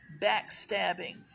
backstabbing